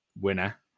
winner